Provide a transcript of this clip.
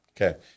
okay